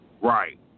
Right